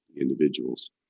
individuals